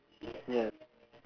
yes